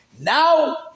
Now